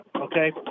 Okay